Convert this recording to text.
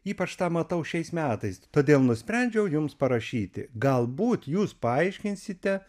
ypač tą matau šiais metais todėl nusprendžiau jums parašyti galbūt jūs paaiškinsite